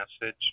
message